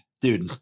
Dude